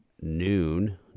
noon